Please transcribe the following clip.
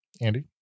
Andy